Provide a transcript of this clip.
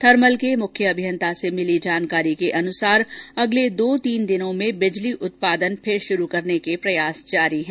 thermal के मुख्य अभियंता से मिली जानकारी के अनुसार अगले दो तीन दिनों में विद्युत उत्पादन शुरू करने के लिए प्रयास जारी हैं